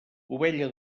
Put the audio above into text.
ovella